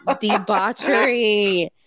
debauchery